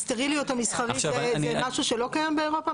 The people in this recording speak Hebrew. הסטריליות המסחרית זה משהו שלא קיים באירופה,